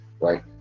right